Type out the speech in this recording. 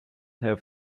have